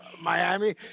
Miami